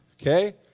Okay